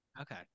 okay